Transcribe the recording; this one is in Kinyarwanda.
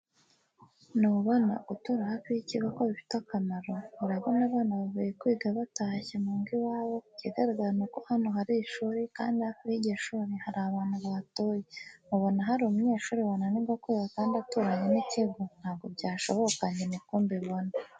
Ntubona gutura hafi y'ikigo ko bifite akamaro, urabona abana bavuye kwiga batashye mu ngo iwabo ikigaragara nuko hano hari ishuri kandi hafi y'iryo shuri hari abantu bahatuye mubona hari umunyeshuri wananirwa kwiga kandi aturanye n'ikigo ntabwo byashoboka njye niko mbibona.